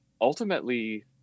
ultimately